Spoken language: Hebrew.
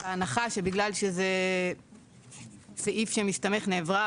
או שההנחה שבגלל שזה סעיף שמסתמך נעברה